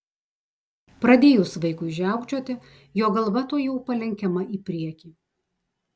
pradėjus vaikui žiaukčioti jo galva tuojau palenkiama į priekį